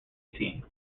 team